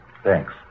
Thanks